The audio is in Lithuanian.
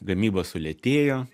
gamyba sulėtėjo